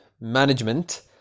Management